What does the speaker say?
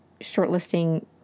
shortlisting